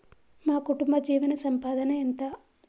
మా కుటుంబ జీవన సంపాదన ఎంత?